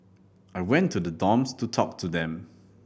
I went to the dorms to talk to them